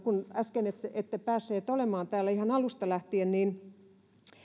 kun äsken ette ette päässyt olemaan täällä ihan alusta lähtien niin